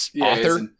author